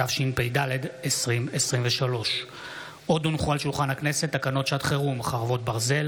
התשפ"ד 2023. תקנות שעת חירום (חרבות ברזל)